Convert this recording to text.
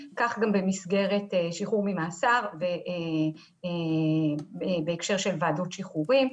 כך גם במסגרת שחרור ממאסר בהקשר של ועדות שחרורים.